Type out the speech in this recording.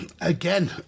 again